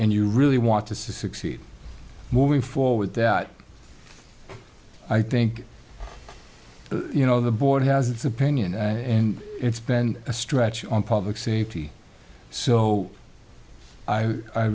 and you really want to succeed moving forward that i think you know the board has its opinion and it's been a stretch on public safety so i